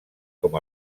com